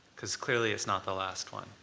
because clearly it's not the last one.